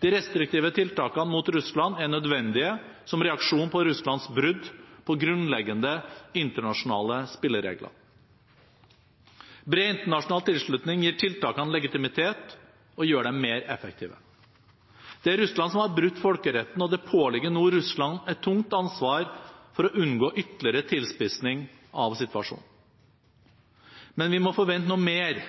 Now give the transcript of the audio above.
De restriktive tiltakene mot Russland er nødvendige som reaksjon på Russlands brudd på grunnleggende internasjonale spilleregler. Bred internasjonal tilslutning gir tiltakene legitimitet og gjør dem mer effektive. Det er Russland som har brutt folkeretten, og det påligger nå Russland et tungt ansvar for å unngå ytterligere tilspissing av situasjonen. Men vi må forvente noe mer,